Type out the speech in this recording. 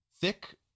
thick